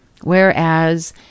Whereas